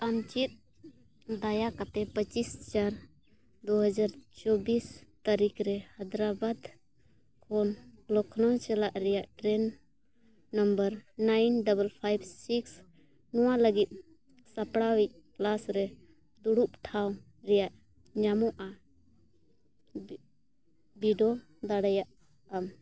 ᱟᱢ ᱪᱮᱫ ᱫᱟᱭᱟ ᱠᱟᱛᱮᱫ ᱯᱚᱸᱪᱤᱥ ᱪᱟᱨ ᱫᱩ ᱦᱟᱡᱟᱨ ᱪᱚᱵᱵᱤᱥ ᱛᱟᱹᱨᱤᱠᱷ ᱨᱮ ᱦᱟᱭᱫᱨᱟᱵᱟᱫᱽ ᱠᱷᱚᱱ ᱞᱚᱠᱷᱱᱳ ᱪᱟᱞᱟᱜ ᱨᱮᱭᱟᱜ train number nine double five six ᱱᱚᱣᱟ ᱞᱟᱹᱜᱤᱫ ᱥᱟᱯᱲᱟᱣᱤᱡ ᱠᱞᱟᱥ ᱨᱮ ᱫᱩᱲᱩᱵ ᱴᱷᱟᱶ ᱨᱮᱭᱟᱜ ᱧᱟᱢᱚᱜᱼᱟ ᱵᱤᱰᱟᱹᱣ ᱫᱟᱲᱮᱭᱟᱜ ᱟᱢ